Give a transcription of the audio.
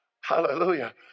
Hallelujah